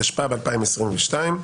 התשפ"ב 2022,